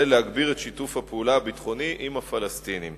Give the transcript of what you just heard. להגביר את שיתוף הפעולה הביטחוני עם הפלסטינים.